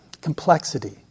complexity